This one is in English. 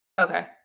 Okay